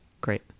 great